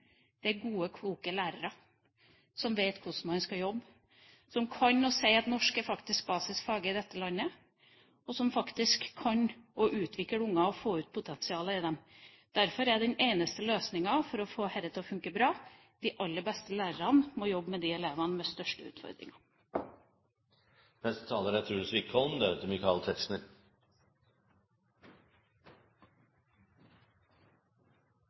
det er gode, kloke lærere som vet hvordan man skal jobbe, som kan si at norsk er basisfaget i dette landet, og som kan utvikle ungene og få ut potensialet i dem. Derfor er den eneste løsningen for å få dette til å fungere bra: De aller beste lærerne må jobbe med de elevene med størst utfordringer.